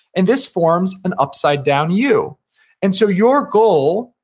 and this forms an upside down u and so your goal,